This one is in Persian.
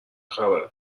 خبره